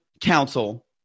council